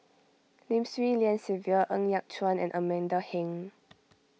Lim Swee Lian Sylvia Ng Yat Chuan and Amanda Heng